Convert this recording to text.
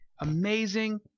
amazing